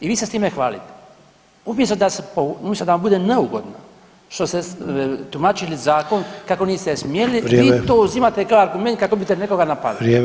I vi ste s time hvalite, umjesto da vam bude neugodno što ste tumačili zakon kako [[Upadica Sanader: Vrijeme.]] niste smjeli, vi to uzimate kao argument kako bite nekoga napali.